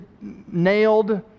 nailed